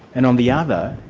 and on the other,